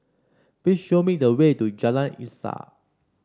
please show me the way to Jalan Insaf